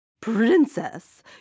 Princess